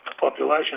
population